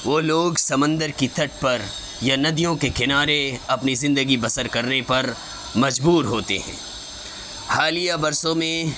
وہ لوگ سمندر کی تٹ پر یا ندیوں کے کنارے اپنی زندگی بسر کرنے پر مجبور ہوتے ہیں حالیہ برسوں میں